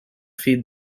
feed